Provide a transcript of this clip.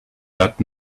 that